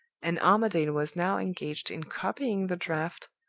and armadale was now engaged in copying the draft,